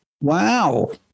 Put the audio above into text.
Wow